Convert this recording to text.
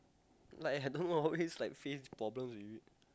like I don't always like face problems with it